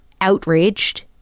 outraged